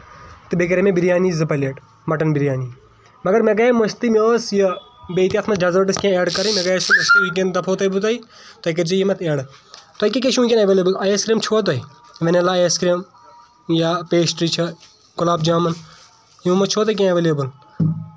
تہٕ بیٚیہِ کَرے مےٚ بَریانی زٕ پَلیٹ مَٹن بِریانی مَگر مےٚ گٔے مٔشدٕے یہِ حظ یہِ بیٚیہِ تہِ اتھ منٛز ڈیٚزٲٹٕس تہِ اَتھ منٛز ایٚڈ کَرٕنۍ مےٚ گٔے تِم مٔشدے یِم دَپہو بہٕ تۄہہ تُہۍ کٔرزیٚو تِم اَتھ ایٚڈ تۄہہ کیاہ کیٚاہ چھو ونٛکیٚن ایٚولیبٕل آیس کریم چھِوا تۄہہ وینلا آیس کریم یا پیسٹری چھا گۄلاب جامُن یِمو منٛز چھُوا تۄہہ کیٚنٛہہ ایٚولیبٕل